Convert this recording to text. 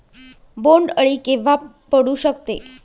बोंड अळी केव्हा पडू शकते?